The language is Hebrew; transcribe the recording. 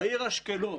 בעיר אשקלון